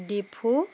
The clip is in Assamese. ডিফু